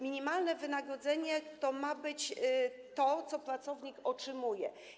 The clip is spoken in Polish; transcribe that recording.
Minimalne wynagrodzenie to ma być to, co pracownik otrzymuje.